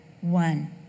one